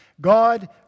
God